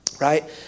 right